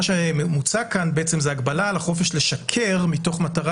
מה שמוצע כאן זה הגבלה על החופש לשקר מתוך מטרה